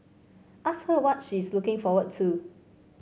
ask her what she is looking forward to